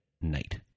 night